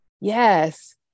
yes